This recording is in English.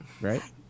right